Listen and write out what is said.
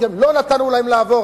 לא נתנו להן לעבור.